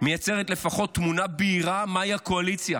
מייצרת לפחות תמונה בהירה מהי הקואליציה,